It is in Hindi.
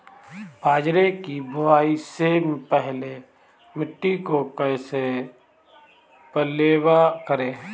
बाजरे की बुआई से पहले मिट्टी को कैसे पलेवा करूं?